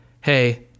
hey